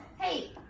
Hey